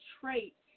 trait